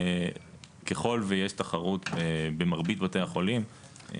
ככל שיש תחרות במרבית בתי החולים,